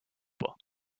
pas